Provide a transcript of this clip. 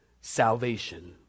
salvation